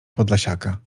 podlasiaka